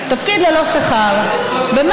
גם משרד הכלכלה וגם הרשות לסחר הוגן והגנת הצרכן,